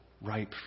ripe